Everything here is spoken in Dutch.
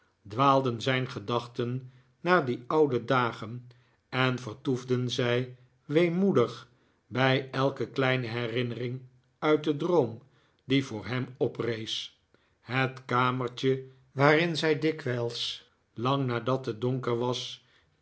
dwaalden zijn gedachten naar die dude dagen en vertoefden zij weemoedig bij elke kleine herinnering uit den droom die voor hem oprees het kamertje waarin zij dikwijls lang nadat het donker was